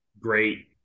great